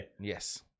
Yes